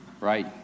right